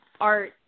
art